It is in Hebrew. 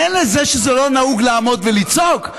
מילא זה שזה לא נהוג לעמוד ולצעוק,